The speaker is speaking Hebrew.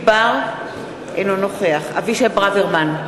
אינו נוכח אבישי ברוורמן,